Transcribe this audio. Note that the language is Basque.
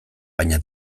baina